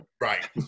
Right